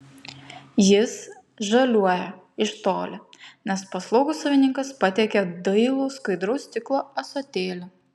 jis žaliuoja iš toli nes paslaugus savininkas patiekia dailų skaidraus stiklo ąsotėlį